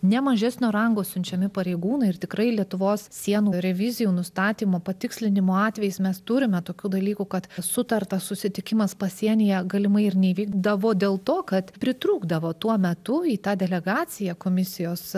ne mažesnio rango siunčiami pareigūnai ir tikrai lietuvos sienų revizijų nustatymo patikslinimo atvejais mes turime tokių dalykų kad sutartas susitikimas pasienyje galimai ir neįvykdavo dėl to kad pritrūkdavo tuo metu į tą delegaciją komisijos